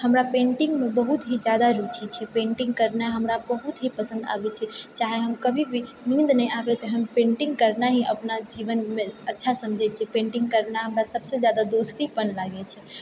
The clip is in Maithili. हमरा पेन्टिंगमे बहुत ही जादा रुचि छै पेन्टिंग करनाइ हमरा बहुत ही जादा पसन्द आबै छै चाहै हम कभी भी नीन्द नहि आबै तऽ हम पेन्टिंग करना ही हम अपना जीवनमे अच्छा समझै छियै पेन्टिंग करना हमरा सभसँ जादा दोस्तीपन लागै छै